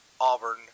Auburn